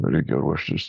reikia ruoštis